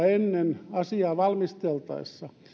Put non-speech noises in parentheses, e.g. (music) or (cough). (unintelligible) ennen lähetekeskustelua asiaa valmisteltaessa